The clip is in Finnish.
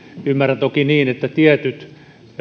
ymmärrän toki niin että tietyt